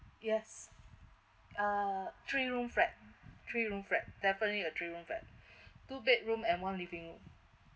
yes uh three room flat three room flat definitely a three room flat two bedroom and one living room